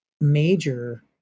major